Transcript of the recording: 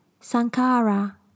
sankara